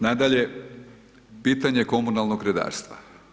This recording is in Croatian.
Nadalje, pitanje komunalnog redarstva.